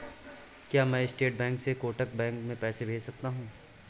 क्या मैं State Bank से कोटक बैंक में पैसे भेज सकता हूँ?